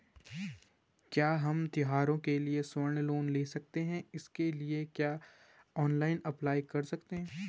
क्या हम त्यौहारों के लिए स्वर्ण लोन ले सकते हैं इसके लिए क्या ऑनलाइन अप्लाई कर सकते हैं?